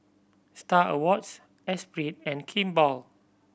Star Awards Esprit and Kimball